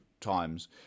times